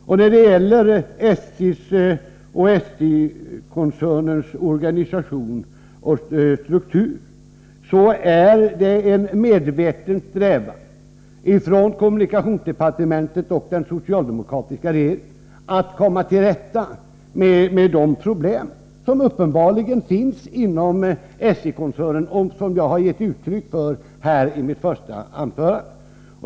I fråga om SJ-koncernens organisation och struktur är det en medveten strävan hos kommunikationsdepartementet och den socialdemokratiska regeringen att komma till rätta med de problem som uppenbarligen finns inom SJ-koncernen och som jag har talat om här i mitt första anförande.